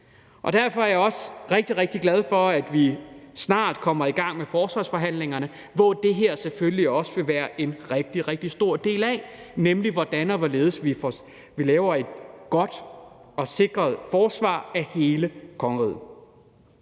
Derfor er jeg også rigtig, rigtig glad for, at vi snart kommer i gang med forsvarsforhandlingerne, som det her selvfølgelig også vil være en rigtig, rigtig stor del af, nemlig hvordan og hvorledes vi laver et godt og sikkert forsvar af hele kongeriget.